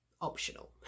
optional